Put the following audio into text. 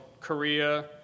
Korea